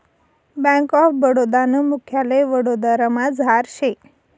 bank of Baroda नं मुख्यालय वडोदरामझार शे